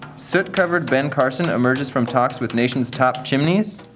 soot-covered ben carson emerges from talks with nation's top chimneys